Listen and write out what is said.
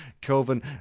Kelvin